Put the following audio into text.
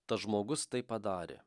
tas žmogus tai padarė